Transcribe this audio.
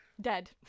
Dead